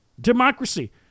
democracy